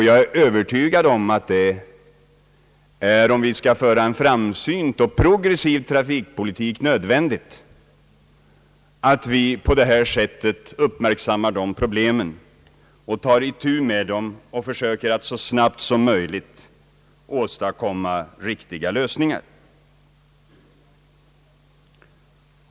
Jag är övertygad om att det — om vi skall föra en framsynt och progressiv trafikpolitik — är nödvändigt att vi uppmärksammar dessa problem, tar itu med dem och försöker så snabbt som möjligt åstadkomma riktiga lösningar.